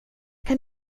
kan